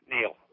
Neil